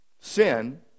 sin